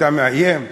אתה מאיים?